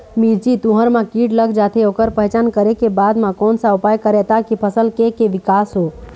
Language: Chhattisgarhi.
मिर्ची, तुंहर मा कीट लग जाथे ओकर पहचान करें के बाद मा कोन सा उपाय करें ताकि फसल के के विकास हो?